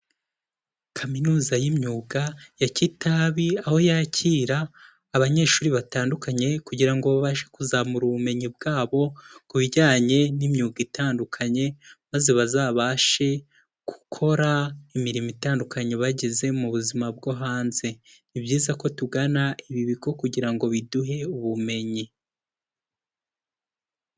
Kaminuza y'imyuga ya Kitabi, aho yakira abanyeshuri batandukanye kugira ngo babashe kuzamura ubumenyi bwabo, ku bijyanye n'imyuga itandukanye, maze bazabashe gukora imirimo itandukanye bageze mu buzima bwo hanze, ni byiza ko tugana ibi bigo kugira ngo biduhe ubumenyi.